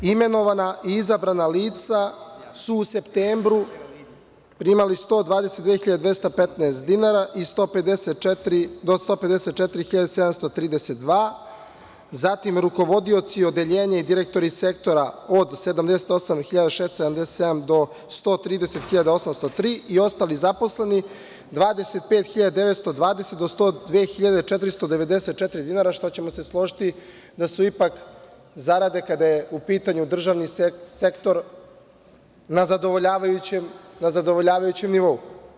Imenovana i izabrana lica su u septembru primali 122.215 dinara i do 154.732, zatim, rukovodioci odeljenja i direktori sektora od 78.677 do 130.803 i ostali zaposleni 25.920 do 102.494 dinara, što ćemo se složiti da su ipak zarade kada je u pitanju državni sektor na zadovoljavajućem nivou.